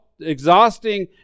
exhausting